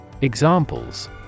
Examples